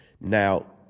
Now